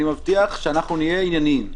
אני מבטיח שנהיה ענייניים.